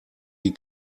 die